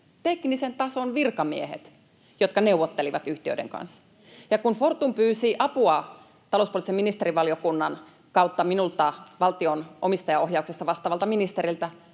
teknisen tason virkamiehet, jotka neuvottelivat yhtiöiden kanssa. Ja kun Fortum pyysi apua talouspoliittisen ministerivaliokunnan kautta minulta, valtion omistajaohjauksesta vastaavalta ministeriltä,